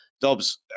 Dobbs